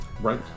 Right